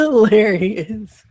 Hilarious